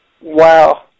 Wow